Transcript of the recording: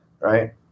right